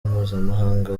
mpuzamahanga